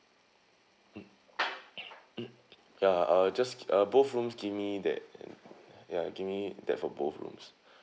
mm mm ya I'll just uh both rooms give me that ya give me that for both rooms